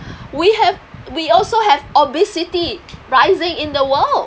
we have we also have obesity rising in the world